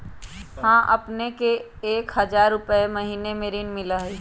हां अपने के एक हजार रु महीने में ऋण मिलहई?